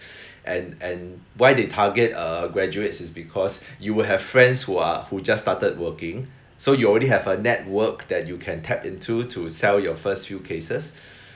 and and why they target err graduates is because you would have friends who are who just started working so you already have a network that you can tap into to sell your first few cases